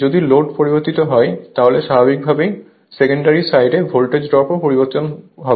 যদি লোড পরিবর্তিত হয় তাহলে স্বাভাবিকভাবেই সেকেন্ডারি সাইডে ভোল্টেজ ড্রপও পরিবর্তন হবে